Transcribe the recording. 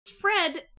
Fred